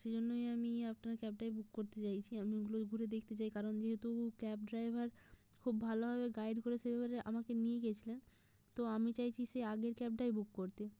সেজন্যই আমি আপনার ক্যাবটাই বুক করতে চাইছি আমি ওগুলো ঘুরে দেখতে চাই কারণ যেহেতু ক্যাব ড্রাইভার খুব ভালোভাবে গাইড করেছে এবারে আমাকে নিয়ে গেছিলেন তো আমি চাইছি সেই আগের ক্যাবটাই বুক করতে